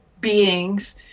beings